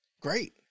Great